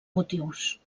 motius